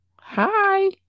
Hi